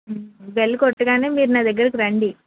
bell కొట్టగానే మీరు నా దగ్గరికి రండి